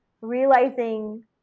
realizing